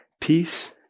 peace